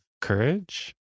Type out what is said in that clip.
courage